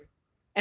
very awkward meh